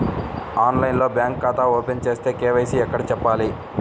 ఆన్లైన్లో బ్యాంకు ఖాతా ఓపెన్ చేస్తే, కే.వై.సి ఎక్కడ చెప్పాలి?